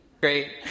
Great